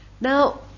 Now